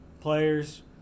players